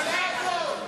ממשלה בושה.